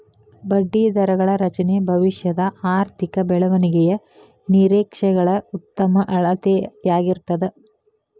ಬಡ್ಡಿದರಗಳ ರಚನೆ ಭವಿಷ್ಯದ ಆರ್ಥಿಕ ಬೆಳವಣಿಗೆಯ ನಿರೇಕ್ಷೆಗಳ ಉತ್ತಮ ಅಳತೆಯಾಗಿರ್ತದ